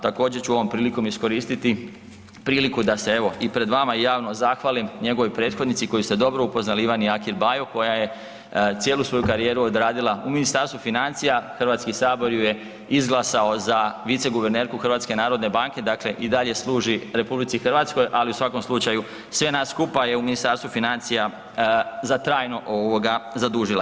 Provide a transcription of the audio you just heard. Također ću ovom prilikom iskoristiti priliku da se evo i pred vama javno zahvalim njegovoj prethodnici koju ste dobro upoznali Ivani Jakir Bajo koja je cijelu svoju karijeru odradila u Ministarstvu financija, HS ju je izglasao za viceguvernerku HNB-a, dakle i dalje služi RH, ali u svakom slučaju sve nas skupa je u Ministarstvu financija za trajno ovoga zadužila.